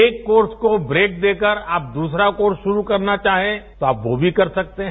एक कोर्स को ब्रेक देकर आप दूसरा कोर्स शुरू करना चाहें तो आप वो भी कर सकते हैं